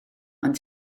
ond